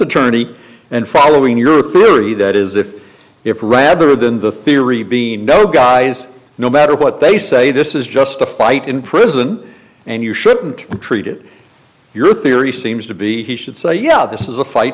attorney and following your theory that is if if rather than the theory being no guys no matter what they say this is just a fight in prison and you shouldn't be treated your theory seems to be he should say you know this is a fight